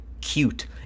cute